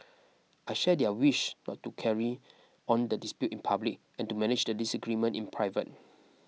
I share their wish not to carry on the dispute in public and to manage the disagreement in private